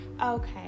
Okay